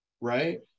right